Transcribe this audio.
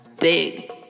big